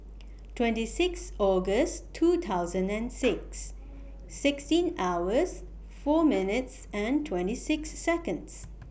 twenty six August two thousand and six sixteen hours four minutes and twenty six Seconds